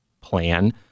plan